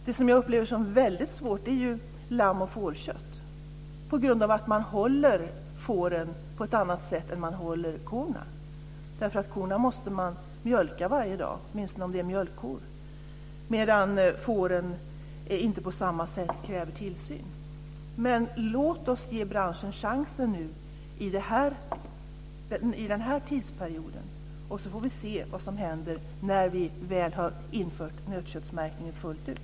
Däremot upplever jag märkningen av lamm och fårkött som väldigt svår på grund av att man håller får på ett annat sätt än kor. Korna måste man mjölka varje dag, åtminstone om det är mjölkkor. Fåren kräver inte tillsyn på samma sätt. Låt oss nu ge branschen chansen under den här tidsperioden. Sedan får vi se vad som händer när vi väl har infört märkningen av nötkött fullt ut.